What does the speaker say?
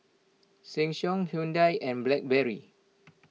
Sheng Siong Hyundai and Blackberry